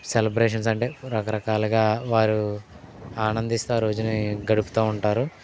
celebrations అంటే రకరకాలుగా వారు ఆనందిస్తూ ఆ రోజుని గడుపుతూ ఉంటారు